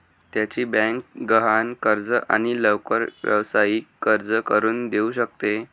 त्याची बँक गहाण कर्ज आणि लवकर व्यावसायिक कर्ज करून देऊ शकते